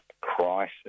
crisis